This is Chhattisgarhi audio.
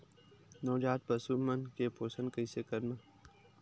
नवजात पशु मन के पोषण कइसे करन?